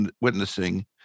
witnessing